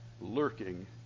lurking